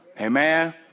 Amen